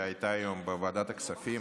שהייתה היום בוועדת הכספים.